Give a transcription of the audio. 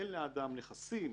אין לאדם נכסים,